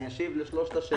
אני אשיב לשלושת השאלות.